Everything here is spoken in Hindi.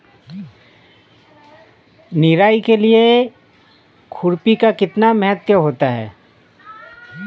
निराई के लिए खुरपी का कितना महत्व होता है?